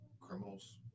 criminals